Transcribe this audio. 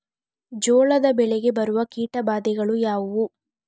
ಜೋಳದ ಬೆಳೆಗೆ ಬರುವ ಕೀಟಬಾಧೆಗಳು ಯಾವುವು?